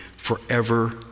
forever